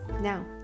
Now